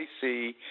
see –